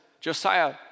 Josiah